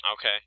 Okay